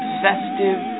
festive